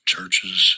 churches